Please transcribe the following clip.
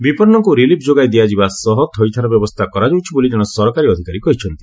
ବିପନ୍ତଙ୍କୁ relief ଯୋଗାଇ ଦିଆଯିବା ସହ ଥଇଥାନ ବ୍ୟବସ୍ଥା କରାଯାଉଛି ବୋଲି କଣେ ସରକାରୀ ଅଧିକାରୀ କହିଛନ୍ତି